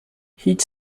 هیچ